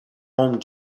home